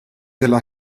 della